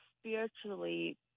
spiritually—